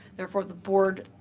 therefore the board,